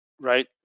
right